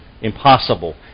impossible